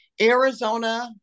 Arizona